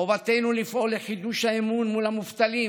חובתנו לפעול לחידוש האמון מול המובטלים,